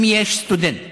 אם יש סטודנט